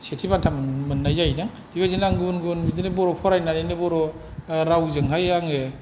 सेथि बान्था मोननाय जाहैदों बेबादिनो गुबुन गुबुन बेबादिनो बर' फरायनानैनो बर' रावजों हायो आङो